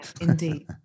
indeed